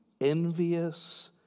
envious